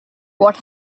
what